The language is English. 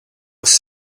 was